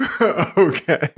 Okay